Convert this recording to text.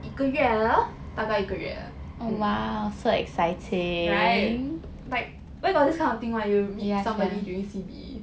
一个月了大概一个月 right like where got this kind of thing [one] you meet somebody during during C_B